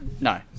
No